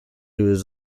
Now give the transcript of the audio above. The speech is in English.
has